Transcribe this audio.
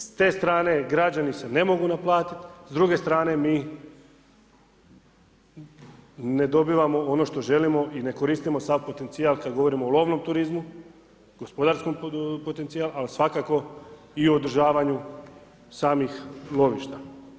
S te strane građani se ne mogu naplatiti, s druge strane mi ne dobivamo ono što želimo i ne koristimo sav potencijal kad govorimo o lovnom turizmu gospodarskom potencijalu, ali svakako i u održavanju samih lovišta.